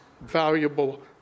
valuable